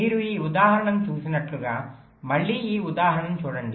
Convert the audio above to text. మీరు ఈ ఉదాహరణను చూసినట్లుగా మళ్ళీ ఈ ఉదాహరణను చూడండి